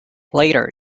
later